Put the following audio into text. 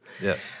Yes